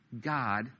God